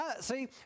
See